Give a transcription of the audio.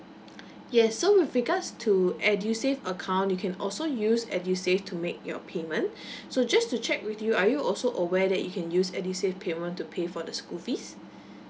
yes so with regards to edusave account you can also use edusave to make your payment so just to check with you are you also aware that you can use edusave payment to pay for the school fees